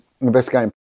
investigating